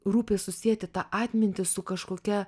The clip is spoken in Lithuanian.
rūpi susieti tą atmintį su kažkokia